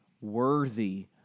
worthy